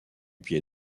pied